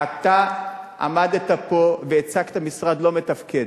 אתה עמדת פה והצגת משרד לא מתפקד.